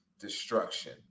Destruction